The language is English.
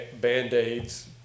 Band-Aids